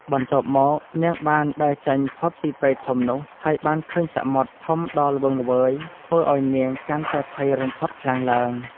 បន្ទាប់មក នាងបានដើរចេញផុតពីព្រៃធំនោះ ហើយបានឃើញសមុទ្រ ធំដ៏ល្វឹងល្វើយ ធ្វើឱ្យនាងកាន់តែភ័យរន្ធត់ខ្លាំងឡើង ។